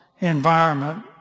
environment